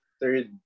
third